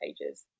pages